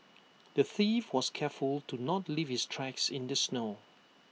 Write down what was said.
the thief was careful to not leave his tracks in the snow